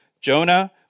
Jonah